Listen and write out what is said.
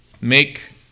make